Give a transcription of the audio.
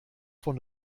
von